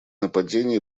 нападения